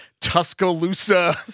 Tuscaloosa